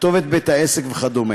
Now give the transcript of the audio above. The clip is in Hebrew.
כתובת בית העסק וכדומה.